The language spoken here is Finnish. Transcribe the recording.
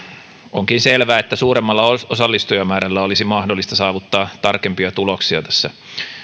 onkin selvä että suuremmalla osallistujamäärällä olisi mahdollista saavuttaa tarkempia tuloksia tässä